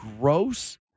gross